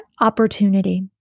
opportunity